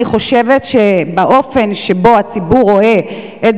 אני חושבת שהאופן שבו הציבור רואה את